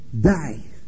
die